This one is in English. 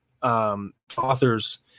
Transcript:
Authors